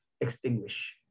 extinguish